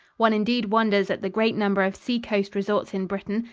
one indeed wonders at the great number of seacoast resorts in britain,